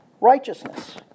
righteousness